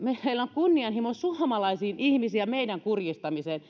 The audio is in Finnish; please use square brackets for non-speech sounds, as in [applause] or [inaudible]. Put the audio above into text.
meillä on kunnianhimo suomalaisiin ihmisiin ja meidän kurjistamiseemme [unintelligible]